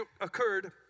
occurred